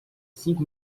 cinco